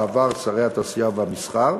בעבר שרי התעשייה והמסחר,